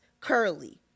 curly